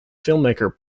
filmmaker